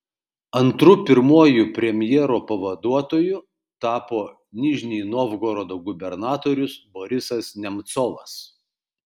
antru pirmuoju premjero pavaduotoju tapo nižnij novgorodo gubernatorius borisas nemcovas